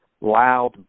loud